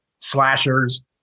slashers